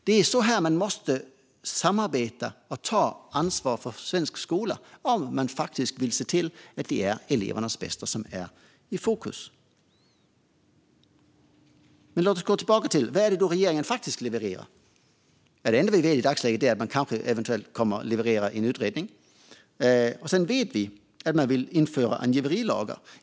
Det är så här man måste samarbeta och ta ansvar för svensk skola om man vill se till att elevernas bästa är i fokus. Men låt oss gå tillbaka och se vad regeringen faktiskt levererar. Det enda vi vet i dagsläget är att man eventuellt kommer att leverera en utredning. Sedan vet vi att man vill införa angiverilagar.